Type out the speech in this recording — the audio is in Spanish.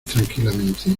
tranquilamente